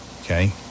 Okay